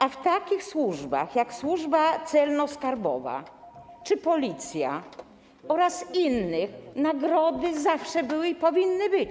A w takich służbach jak Służba Celno-Skarbowa czy Policja oraz inne służby nagrody zawsze były i powinny być.